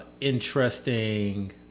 interesting